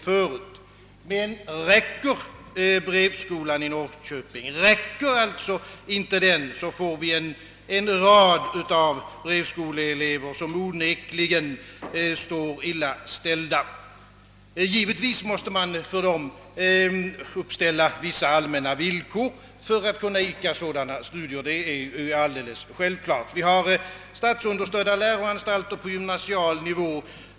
Men räcker brevskolan i Norrköping? Om den inte gör det, blir onekligen en mängd brevskoleelever illa ställda. Givetvis måste man uppställa vissa allmänna villkor för att vederbörande skall få idka sådana studier. Vi har statsunderstödda läroanstalter på gymnasial nivå.